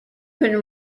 can